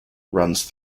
runs